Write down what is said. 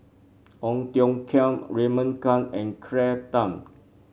Ong Tiong Khiam Raymond Kang and Claire Tham